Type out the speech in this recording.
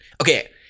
okay